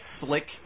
slick